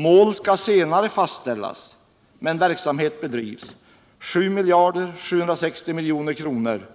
Mål skall senare fastställas. Men verksamhet bedrivs. 7 760 000 000 kr.